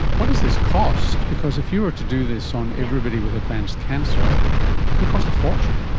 what does this cost? because if you were to do this on everybody with advanced cancer, it could cost a fortune.